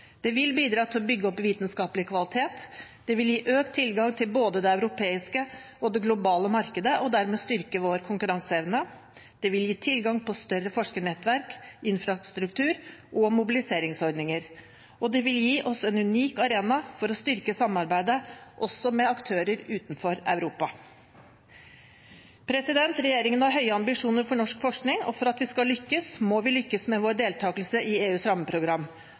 Det vil bidra til å bygge opp vitenskapelig kvalitet, gi økt tilgang til både det europeiske og det globale markedet og dermed styrke vår konkurranseevne, gi tilgang til større forskernettverk, infrastruktur og mobiliseringsordninger, og det vil gi oss en unik arena for å styrke samarbeidet også med aktører utenfor Europa. Regjeringen har høye ambisjoner for norsk forskning, og for at vi skal lykkes, må vi lykkes med vår deltakelse i EUs rammeprogram.